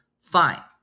Fine